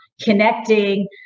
connecting